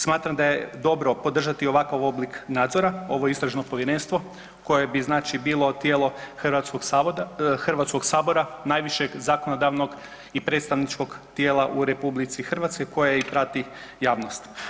Smatram da je dobro podržati ovakav oblik nadzora, ovo istražno povjerenstvo koje bi znači bilo tijelo Hrvatskog sabora najvišeg zakonodavnog i predstavničkog tijela u RH koja i prati javnost.